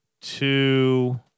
two